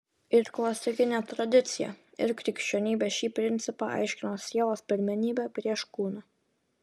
ir klasikinė tradicija ir krikščionybė šį principą aiškino sielos pirmenybe prieš kūną